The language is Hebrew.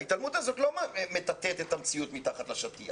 ההתעלמות הזאת לא מטאטאת את המציאות מתחת לשטיח.